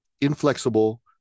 inflexible